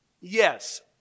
Yes